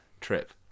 trip